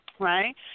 right